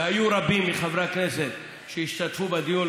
והיו רבים שהשתתפו בדיון.